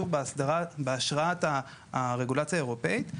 בהשראת הרגולציה האירופאית.